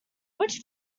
which